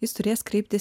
jis turės kreiptis